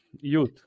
youth